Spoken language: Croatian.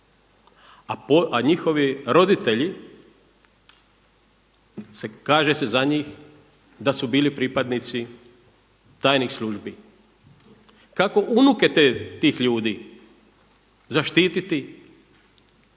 a njihovi roditelji kaže se za njih da su bili pripadnici tajnih službi. Kako unuke tih ljudi zaštititi